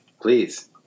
Please